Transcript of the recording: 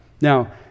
Now